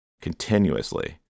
continuously